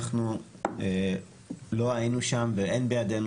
אנחנו לא היינו שם ואין בידנו,